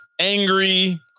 angry